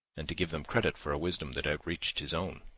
and to give them credit for a wisdom that outreached his own.